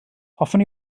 hoffwn